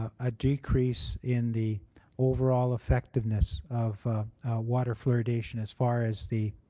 ah a decrease in the overall effectiveness of water fluoridation as far as the